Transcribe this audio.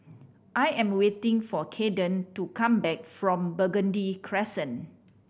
I am waiting for Cayden to come back from Burgundy Crescent